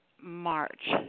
March